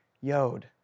Yod